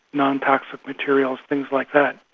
non-toxic materials, things like that.